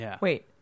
Wait